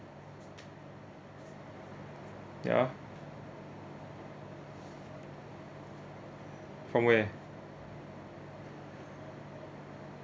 ya from where